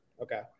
Okay